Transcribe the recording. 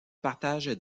partagent